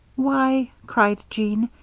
why, cried jean,